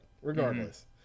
Regardless